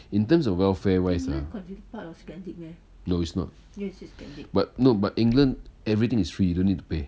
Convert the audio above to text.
in terms of welfare wise ah no it's not but no but england everything is free you don't need to pay